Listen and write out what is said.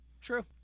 True